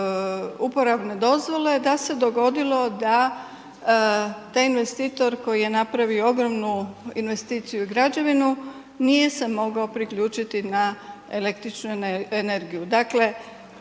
uporabne dozvole da se dogodilo da taj investitor koji je napravio ogromnu investiciju i građevinu nije se mogao priključiti na električnu energiju.